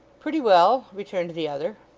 pretty well returned the other.